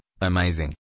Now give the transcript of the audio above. Amazing